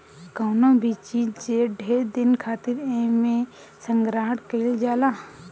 कवनो भी चीज जे ढेर दिन खातिर एमे संग्रहण कइल जाला